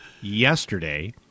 yesterday